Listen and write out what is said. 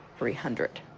three hundred